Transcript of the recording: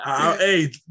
Hey